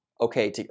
okay